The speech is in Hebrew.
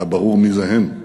זה היה ברור מי זה הם.